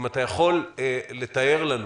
האם אתה יכול לתאר לנו